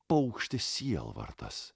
paukštis sielvartas